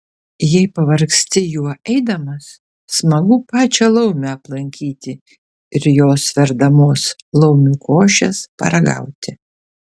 jei pavargsti juo eidamas smagu pačią laumę aplankyti ir jos verdamos laumių košės paragauti